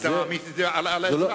אתה מעמיס את זה על האזרח.